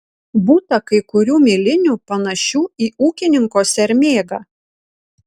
būta kai kurių milinių panašių į ūkininko sermėgą